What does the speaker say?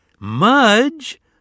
Mudge